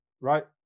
right